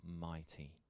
mighty